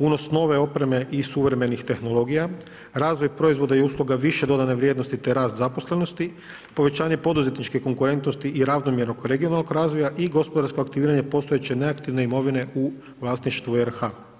unos nove opreme i suvremenih tehnologija; - razvoj proizvoda i usluga više dodane vrijednosti te rast zaposlenosti, - povećanje poduzetničke konkurentnosti i ravnomjernog regionalnog razvoja i gospodarsko aktiviranje postojeće neaktivne imovine u vlasništvu RH.